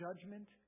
judgment